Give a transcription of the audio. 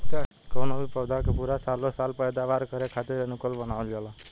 कवनो भी पौधा के पूरा सालो साल पैदावार करे खातीर अनुकूल बनावल जाला